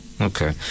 okay